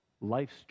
life's